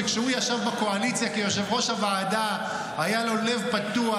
שכשהוא ישב בקואליציה כיושב-ראש הוועדה היה לו לב פתוח,